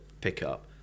pickup